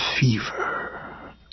fever